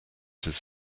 his